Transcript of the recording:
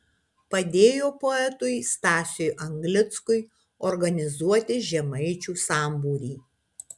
padėjo poetui stasiui anglickiui organizuoti žemaičių sambūrį